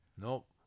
Nope